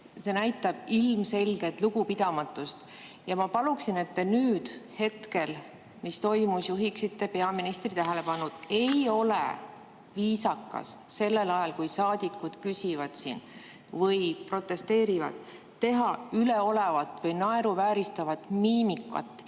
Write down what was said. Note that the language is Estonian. See näitab ilmselgelt lugupidamatust. Ma paluksin, et te nüüd juhiksite peaministri tähelepanu sellele, et ei ole viisakas sellel ajal, kui saadikud küsivad siin või protesteerivad, teha üleolevat või naeruvääristavat miimikat,